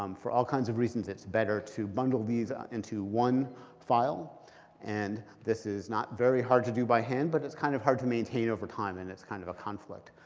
um for all kinds of reasons it's better to bundle these ah into one file and this is not very hard to do by hand, but it's kind of hard to maintain over time and it's kind of a conflict.